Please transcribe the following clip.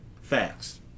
Facts